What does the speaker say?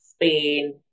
Spain